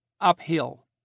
uphill